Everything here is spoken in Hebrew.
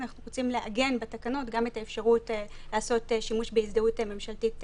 אנחנו רוצים לעגן בתקנות גם את האפשרות לעשות שימוש בהזדהות ממשלתית